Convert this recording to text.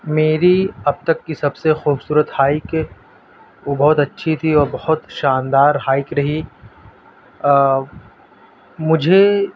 میری اب تک کی سب سے خوبصورت ہائیک وہ بہت اچھی تھی اور بہت شاندار ہائیک رہی مجھے